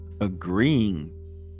agreeing